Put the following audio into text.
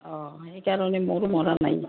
অঁ সেইকাৰণে মোৰো মৰা নাই